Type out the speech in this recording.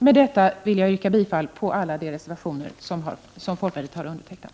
Med detta yrkar jag bifall till alla reservationer som folkpartiet har undertecknat.